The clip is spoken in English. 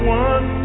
one